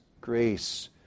grace